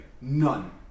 None